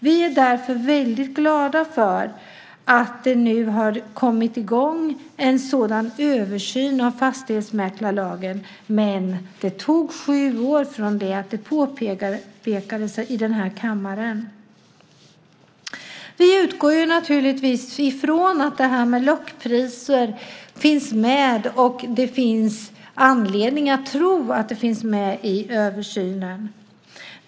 Vi är därför väldigt glada för att det nu har kommit i gång en sådan översyn av fastighetsmäklarlagen, men det tog sju år från det att det påpekades i den här kammaren. Vi utgår naturligtvis ifrån att det här med lockpriser finns med, och det finns anledning att tro att det finns med i översynen.